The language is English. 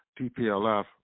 TPLF